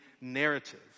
narrative